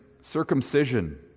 circumcision